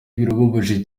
birababaje